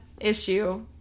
issue